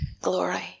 glory